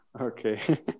Okay